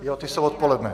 Jo, ty jsou odpoledne.